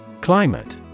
Climate